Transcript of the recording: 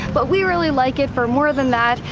but we really like it for more than that.